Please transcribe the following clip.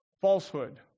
falsehood